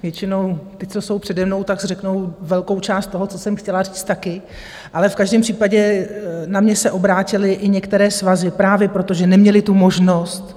Většinou ti, co jsou přede mnou, řeknou velkou část toho, co jsem chtěla říct taky, ale v každém případě na mě se obrátily i některé svazy právě proto, že neměly tu možnost.